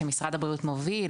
שמשרד הבריאות מוביל.